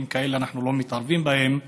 חוקים כאלה, אנחנו לא מתערבים בהם.